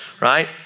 right